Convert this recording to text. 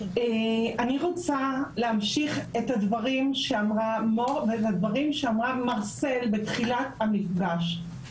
אני רוצה להמשיך את הדברים שאמרה מור ולדברים שאמרה מרסל בתחילת המפגש.